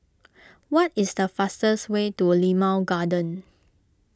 what is the fastest way to Limau Garden